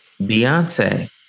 Beyonce